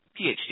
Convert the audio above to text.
PhD